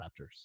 Raptors